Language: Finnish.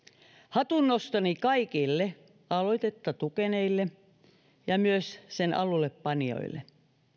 hatunnostoni kaikille aloitetta tukeneille ja myös sen alullepanijoille